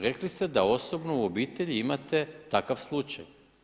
Rekli ste da osobno u obitelji imate takva slučaj.